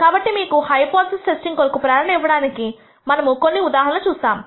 కాబట్టి మీకు hypothesis testing కొరకు ప్రేరణ ఇవ్వడానికి మనము మనము కొన్ని ఉదాహరణలు చూస్తాము